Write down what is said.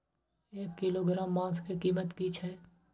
एक किलोग्राम मांस के कीमत की छै?